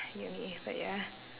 uni but ya